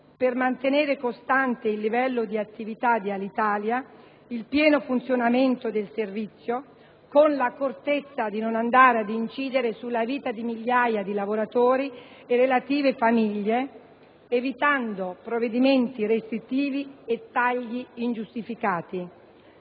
per mantenere costante il livello di attività di Alitalia e il pieno funzionamento del servizio, con l'accortezza di non incidere sulla vita di migliaia di lavoratori e relative famiglie, evitando provvedimenti restrittivi e tagli ingiustificati.